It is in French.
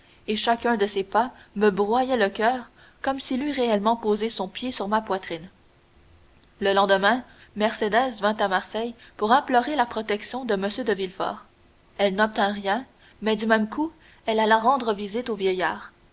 et chacun de ses pas me broyait le coeur comme s'il eût réellement posé son pied sur ma poitrine le lendemain mercédès vint à marseille pour implorer la protection de m de villefort elle n'obtint rien mais du même coup elle alla rendre visite au vieillard